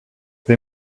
they